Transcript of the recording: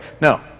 No